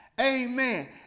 Amen